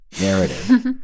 narrative